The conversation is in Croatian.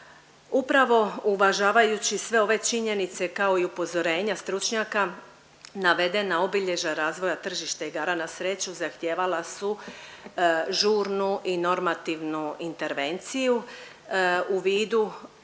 Upravo uvažavajući sve ove činjenice kao i upozorenja stručnjaka, navedena obilježja razvoja tržišta igara na sreću zahtijevala su žurnu i normativnu intervenciju u vidu